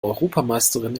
europameisterin